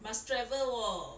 must travel oh